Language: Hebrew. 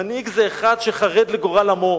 מנהיג זה אחד שחרד לגורל עמו.